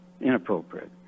Inappropriate